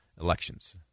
elections